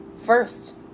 first